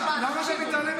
בוא תגיד הלל.